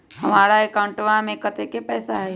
हमार अकाउंटवा में कतेइक पैसा हई?